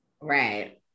Right